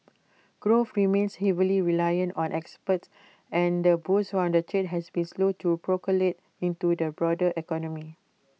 growth remains heavily reliant on exports and the boost from the trade has been slow to percolate into the broader economy